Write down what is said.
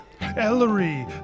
Ellery